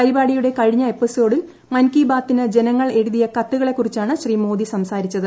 പരിപാടിയുടെ കഴിഞ്ഞ എപ്പിസോഡിൽ മൻ കി ബാത്തിന് ജനങ്ങൾ എഴുതിയ കത്തുകളെ കുറിച്ചാണ് ശ്രീ മോദി സംസാരിച്ചത്